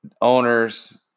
owners